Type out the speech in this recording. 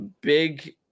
Big